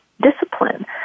discipline